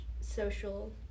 social